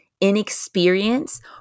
inexperience